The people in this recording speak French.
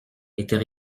était